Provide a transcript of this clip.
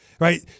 Right